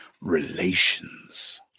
Relations